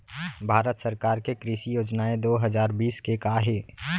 भारत सरकार के कृषि योजनाएं दो हजार बीस के का हे?